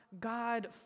God